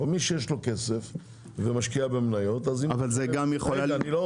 מי שיש לו כסף ומשקיע למניות- -- זה יכולה